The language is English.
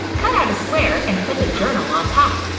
cut out a square and put the journal on top.